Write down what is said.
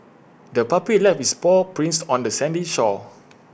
the puppy left its paw prints on the sandy shore